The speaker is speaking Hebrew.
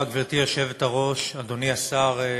גברתי היושבת-ראש, תודה רבה, אדוני השר,